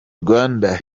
rwanda